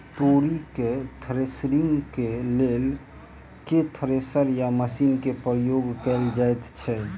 तोरी केँ थ्रेसरिंग केँ लेल केँ थ्रेसर या मशीन केँ प्रयोग कैल जाएँ छैय?